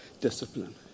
discipline